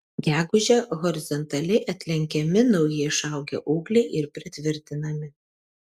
gegužę horizontaliai atlenkiami nauji išaugę ūgliai ir pritvirtinami